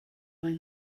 maen